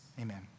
amen